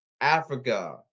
Africa